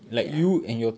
ya